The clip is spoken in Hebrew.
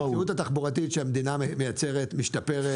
במציאות התחבורתית שהמדינה משתפרת,